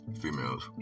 Females